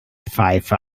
pfeife